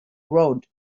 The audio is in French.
road